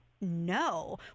no